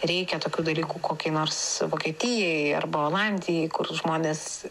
reikia tokių dalykų kokį nors vokietijai arba olandijai kur žmonės